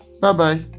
Bye-bye